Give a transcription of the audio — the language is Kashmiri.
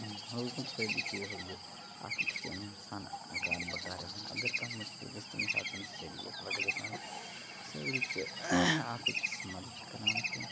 روزنُک فٲیدٕ چھُ یِہٕے زِ اکھ أکِس چھ اِنسان اَکار بَکار یِوان اَگَر کانٛہہ مُشکِل گَژھِ تمہِ ساتَن چھِ سٲری اِکوٹہٕ گَژھان سٲری چھِ اکھ أکِس مَدَد کَران تِم